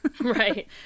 right